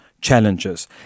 challenges